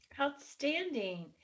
Outstanding